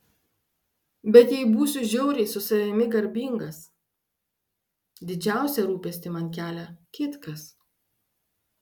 bet jei būsiu žiauriai su savimi garbingas didžiausią rūpestį man kelia kitkas